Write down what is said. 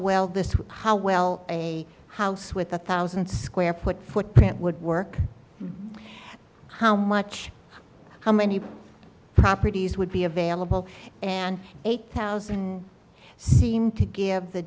well this is how well a house with a thousand square foot footprint would work how much how many properties would be available and eight thousand seem to give the